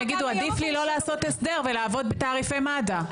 הם יגידו עדיף לי לא לעשות הסדר ולעבוד בתעריפי מד"א,